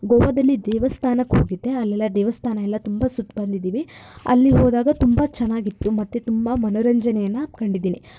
ಗೋವಾದಲ್ಲಿ ದೇವಸ್ಥಾನಕ್ಕೆ ಹೋಗಿದ್ದೆ ಅಲ್ಲೆಲ್ಲ ದೇವಸ್ಥಾನ ಎಲ್ಲ ತುಂಬ ಸುತ್ತಿ ಬಂದಿದ್ದೀವಿ ಅಲ್ಲಿ ಹೋದಾಗ ತುಂಬ ಚೆನ್ನಾಗಿತ್ತು ಮತ್ತು ತುಂಬ ಮನೋರಂಜನೆಯನ್ನು ಕಂಡಿದ್ದೀನಿ